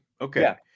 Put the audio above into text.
Okay